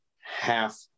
half